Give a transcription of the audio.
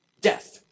death